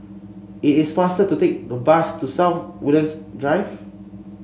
it is faster to take the bus to South Woodlands Drive